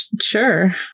Sure